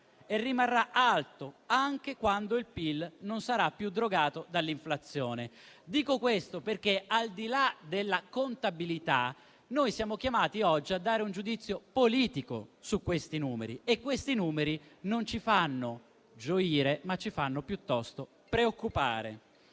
e rimarrà alto anche quando il PIL non sarà più drogato dall'inflazione. Dico questo perché al di là della contabilità, noi siamo chiamati oggi a dare un giudizio politico su questi numeri ed essi non ci fanno gioire, ma ci fanno piuttosto preoccupare.